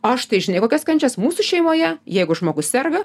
aš tai žinai kokias kančias mūsų šeimoje jeigu žmogus serga